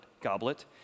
goblet